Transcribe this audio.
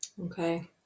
Okay